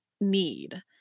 need